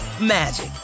magic